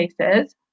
cases